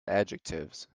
adjectives